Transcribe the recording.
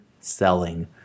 selling